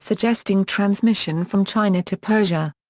suggesting transmission from china to persia.